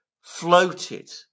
floated